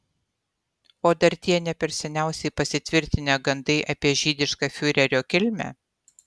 o dar tie ne per seniausiai pasitvirtinę gandai apie žydišką fiurerio kilmę